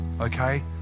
Okay